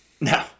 No